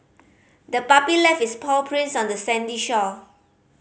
the puppy left its paw prints on the sandy shore